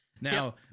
Now